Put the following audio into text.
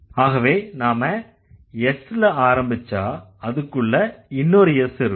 ஆகவே நாம S ல ஆரம்பிச்சா அதுக்குள்ள இன்னொரு S இருக்கும்